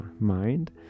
mind